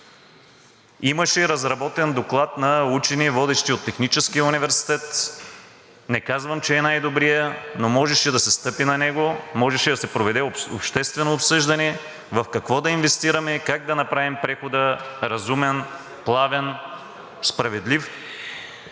Имаше разработен доклад на водещи учени от Техническия университет. Не казвам, че е най-добрият, но можеше да се стъпи на него. Можеше да се проведе обществено обсъждане в какво да инвестираме, как да направим прехода разумен, плавен, справедлив.